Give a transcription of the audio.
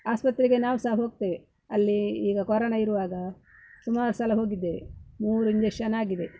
ಆಸ್ಪತ್ರೆಗೆ ನಾವು ಸಹ ಹೋಗ್ತೇವೆ ಅಲ್ಲಿ ಈಗ ಕೊರೊನ ಇರುವಾಗ ಸುಮಾರು ಸಲ ಹೋಗಿದ್ದೇವೆ ಮೂರು ಇಂಜೆಷನ್ ಆಗಿದೆ